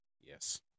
Yes